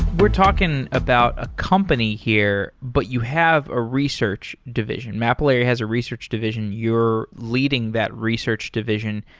we're talking about a company here, but you have a research division. mapillary has a research division. you're leading that research division.